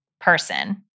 person